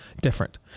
different